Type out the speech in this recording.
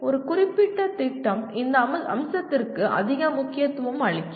ஒரு குறிப்பிட்ட திட்டம் இந்த அம்சத்திற்கு அதிக முக்கியத்துவம் அளிக்கிறது